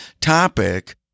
topic